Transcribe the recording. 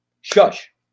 shush